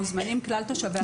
מוזמנים כלל תושבי הרשות.